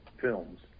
films